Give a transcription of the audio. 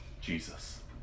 Jesus